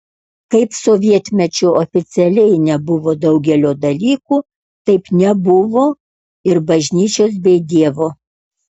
kaip sovietmečiu oficialiai nebuvo daugelio dalykų taip nebuvo ir bažnyčios bei dievo